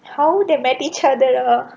how they met each other ah